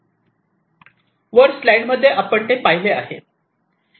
वर स्लाईड मध्ये आपण ते पाहिले आहे